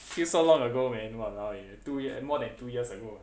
feels so long ago man !walao! eh two year more than two years ago